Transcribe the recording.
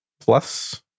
plus